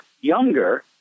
younger